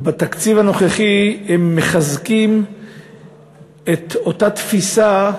ובתקציב הנוכחי הם מחזקים את אותה תפיסה,